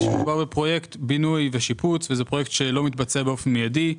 שמדובר בפרויקט בינוי ושיפוץ וזה פרויקט שלא מתבצע באופן מיידי,